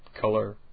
Color